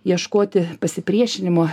ieškoti pasipriešinimo